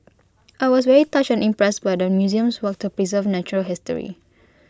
I was very touched and impressed by the museum's work to preserve natural history